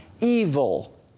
evil